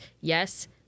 yes